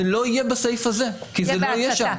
זה לא יהיה בסעיף הזה כי זה לא יהיה שם.